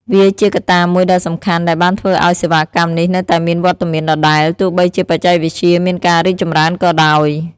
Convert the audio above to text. វាជាកត្តាមួយដ៏សំខាន់ដែលបានធ្វើឱ្យសេវាកម្មនេះនៅតែមានវត្តមានដដែលទោះបីជាបច្ចេកវិទ្យាមានការរីកចម្រើនក៏ដោយ។